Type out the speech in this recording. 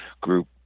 group